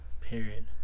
period